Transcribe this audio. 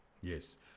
yes